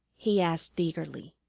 he asked eagerly.